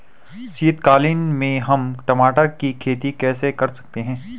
शीतकालीन में हम टमाटर की खेती कैसे कर सकते हैं?